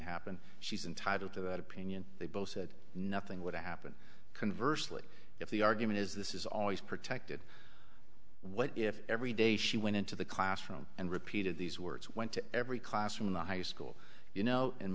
happen she's entitled to that opinion they both said nothing would happen converse like if the argument is this is always protected what if every day she went into the classroom and repeated these words went to every classroom in the high school you know in